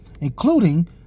including